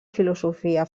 filosofia